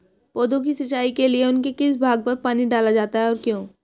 पौधों की सिंचाई के लिए उनके किस भाग पर पानी डाला जाता है और क्यों?